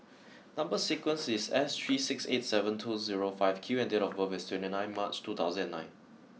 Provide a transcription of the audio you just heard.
number sequence is S three six eight seven two zero five Q and date of birth is twenty nine March two thousand and nine